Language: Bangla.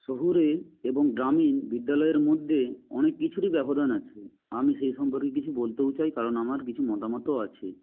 শহুরে এবং গ্রামীণ বিদ্যালয়ের মধ্যে অনেক কিছুরই ব্যবধান আছে আমি সেই সম্পর্কে কিছু বলতেও চাই কারণ আমার কিছু মতামতও আছে